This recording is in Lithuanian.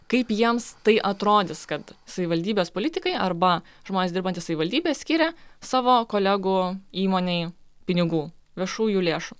kaip jiems tai atrodys kad savivaldybės politikai arba žmonės dirbantys savivaldybėj skiria savo kolegų įmonei pinigų viešųjų lėšų